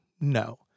No